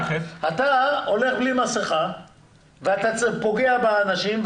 אתה הולך בלי מסכה ופוגע באנשים.